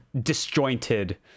disjointed